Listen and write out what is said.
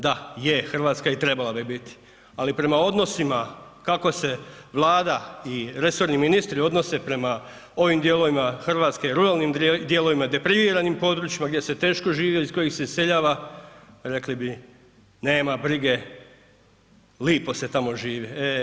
Da je Hrvatska i trebala bi biti, ali prema odnosima kako se Vlada i resorni ministri odnose prema ovim dijelovima Hrvatske i ruralnim dijelovima, … područjima gdje se teško živi iz kojih se iseljava rekli bi nema brige lipo se tamo živo.